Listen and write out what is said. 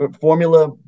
formula